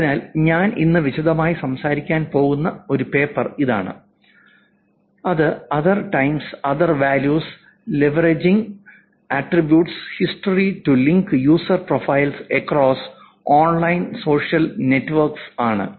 അതിനാൽ ഞാൻ ഇന്ന് വിശദമായി സംസാരിക്കാൻ പോകുന്ന ഒരു പേപ്പർ ഇതാണ് അത് 'other times other values leveraging attribute history to link user profile across online social networks Other times Other values Leveraging Attribute History to Link User Profiles across Online Social Networks ആണ്